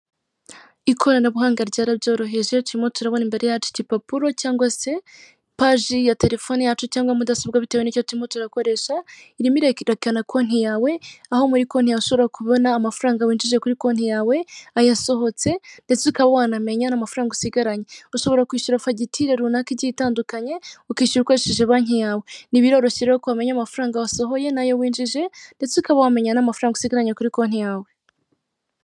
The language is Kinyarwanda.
Ikoranabuhanga ryarabyoroheje, turimo turabona imbare yacu igipapuro cyangwa se paje ya telefone yacu cyangwa mudasobwa bitewe n'icyo turimo turakoresha, irimo irerekana konti yawe, aho muri konti ushobora kubona amafaranga winjije kuri konti yawe, ayasohotse ndetse ukaba wanamenya n'amafaranga usigaranye, ushobora kwishyura fagitire runaka igiye itandukanye, ukishyura ukoresheje banki yawe, nti:''Biroroshye rero ko wamenya amafaranga wasohoye n'ayo winjije ndetse ukaba wamenya n'amafaranga usigaranye kuri konti yawe''.